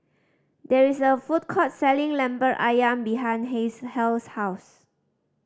there is a food court selling Lemper Ayam behind Hill's Hale's house